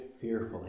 fearfully